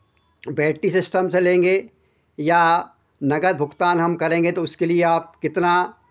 battery system से लेंगे या नगद भुगतान हम करेंगे तो उसके लिए आप कितना